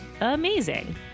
amazing